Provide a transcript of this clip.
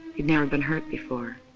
he'd never been hurt before.